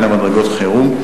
אלא מדרגות חירום,